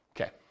okay